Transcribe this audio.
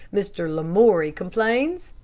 mr. lamoury, complains?